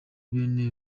bane